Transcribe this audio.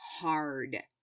hard